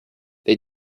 they